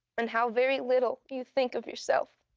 and how very little you think of yourself.